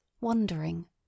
wondering